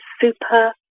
Super